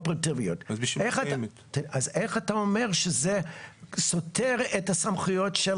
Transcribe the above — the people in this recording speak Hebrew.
אז איך אתה אומר שזה סותר את הסמכויות של